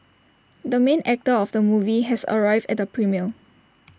the main actor of the movie has arrived at the premiere